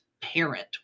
parent